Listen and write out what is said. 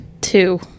Two